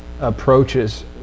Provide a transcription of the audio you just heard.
approaches